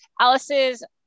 Alice's